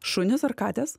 šunys ar katės